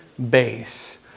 base